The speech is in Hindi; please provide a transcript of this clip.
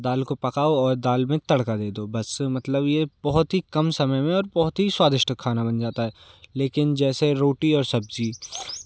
दाल को पकाओ और दाल में तड़का दे दो बस मतलब ये बहुत ही कम समय में और बहुत ही स्वादिष्ट खाना बन जाता है लेकिन जैसे रोटी और सब्ज़ी